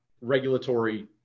regulatory